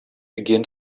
begin